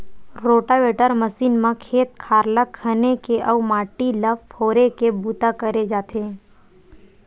rotavator machine म खेत खार ल खने के अउ माटी ल फोरे के बूता करे जाथे